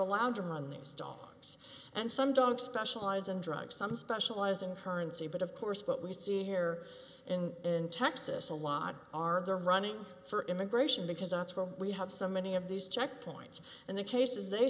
allowed to have these dolls and some dogs specialize in drugs some specialize in currency but of course but we see here in texas a lot are there running for immigration because that's where we have so many of these checkpoints and the cases they